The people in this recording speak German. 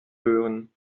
hören